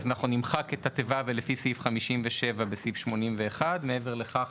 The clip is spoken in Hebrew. אנחנו נמחק את התיבה: "ולפי סעיף 57" בסעיף 81. מעבר לכך,